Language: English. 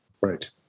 Right